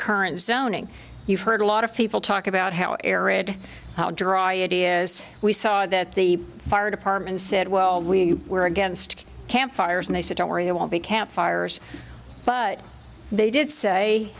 current zoning you've heard a lot of people talk about how arid how dry it is we saw that the fire department said well we were against campfires and they said don't worry they won't be campfires but they did say